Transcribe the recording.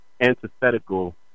antithetical